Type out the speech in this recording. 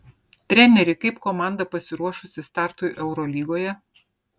treneri kaip komanda pasiruošusi startui eurolygoje